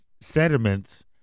sediments